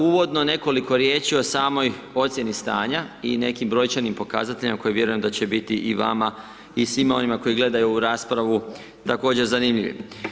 Uvodno nekoliko riječi o samoj ocjeni stanja i nekim brojčanim pokazatelji, koji vjerujem da će biti i vama i svima onima koji gledaju ovu raspravu, također zanimljivi.